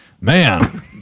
Man